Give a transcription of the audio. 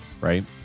right